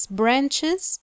branches